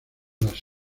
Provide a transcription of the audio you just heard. las